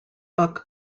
buck